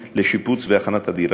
לשיפוץ והכנת הדירה לנכים.